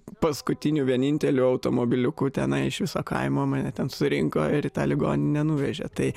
paskutiniu vieninteliu automobiliuku tenai iš viso kaimo mane ten surinko ir į tą ligoninę nuvežė tai